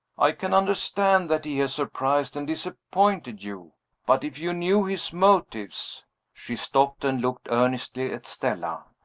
i can understand that he has surprised and disappointed you but, if you knew his motives she stopped and looked earnestly at stella.